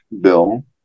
bill